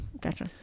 Gotcha